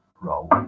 Roll